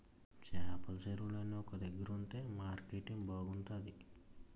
చేపల చెరువులన్నీ ఒక దగ్గరుంతె మార్కెటింగ్ బాగుంతాది